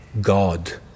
God